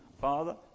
Father